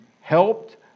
helped